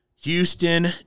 Houston